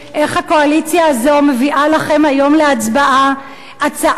איך הקואליציה הזאת מביאה לכם היום להצבעה הצעת